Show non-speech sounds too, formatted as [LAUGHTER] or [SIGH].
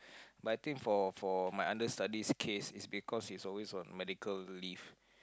[BREATH] but I think for for my understudy's case it's because he's always on medical leave